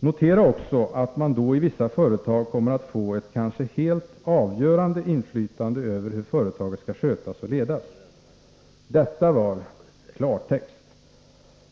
Notera också att man då i vissa företag kommer att få ett kanske helt avgörande inflytande över hur företaget skall skötas och ledas. Detta var klartext,